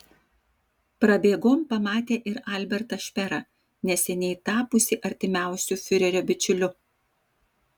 prabėgom pamatė ir albertą šperą neseniai tapusį artimiausiu fiurerio bičiuliu